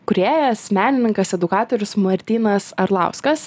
kūrėjas menininkas edukatorius martynas arlauskas